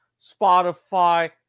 Spotify